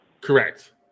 Correct